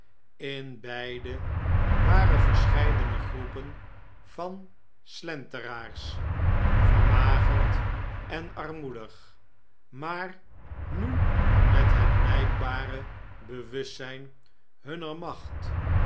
in beide waren verscheidene groepen van slenteraars vermagerd en armoedig maar nu met het biykbare bewustzjjn hunner macht